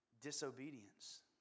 disobedience